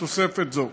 בתוספת זו.